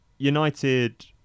United